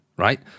right